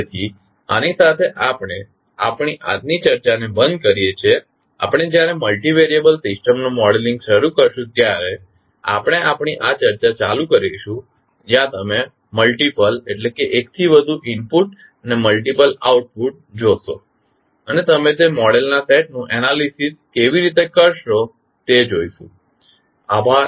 તેથી આની સાથે આપણે આપણી આજની ચર્ચાને બંધ કરીએ છીએ આપણે જ્યારે મલ્ટિ વેરિયેબલ સિસ્ટમનું મોડેલિંગ શરૂ કરીશુ ત્યારે આપણે આપણી આ ચર્ચા ચાલુ કરીશું જ્યાં તમે મલ્ટીપલ એક થી વધુ ઇનપુટ અને મલ્ટીપલ આઉટપુટ જોશો અને તમે તે મોડેલ ના સેટનું એનાલીસીસ કેવી રીતે કરશો આભાર